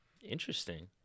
Interesting